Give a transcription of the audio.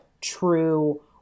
true